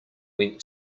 went